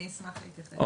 אני אשמח דווקא להתייחס.